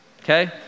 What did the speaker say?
okay